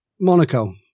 Monaco